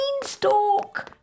beanstalk